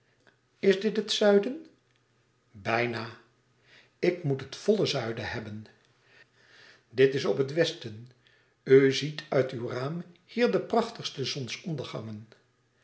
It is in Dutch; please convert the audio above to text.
is dit het zuiden bijna ik moet het volle zuiden hebben dit is op het westen u ziet uit uw raam hier de prachtigste zonsondergangen